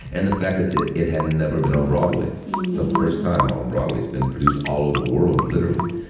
and the fact that it it had never been on broadway the first time on broadway, it's been produced all over the world literally.